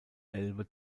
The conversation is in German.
elbe